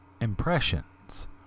impressions